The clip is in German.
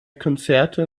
konzerte